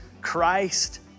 Christ